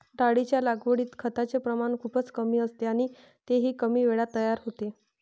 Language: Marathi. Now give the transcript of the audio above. डाळींच्या लागवडीत खताचे प्रमाण खूपच कमी असते आणि तेही कमी वेळात तयार होते